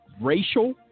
racial